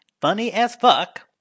funny-as-fuck